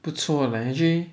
不错 leh actually